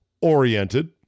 oriented